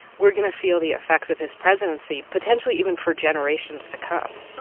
we're going to feel the effects of his presidency potentially even for generations to come.